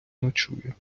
ночує